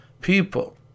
People